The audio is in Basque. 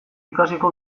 ikasiko